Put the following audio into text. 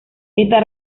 esta